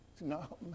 no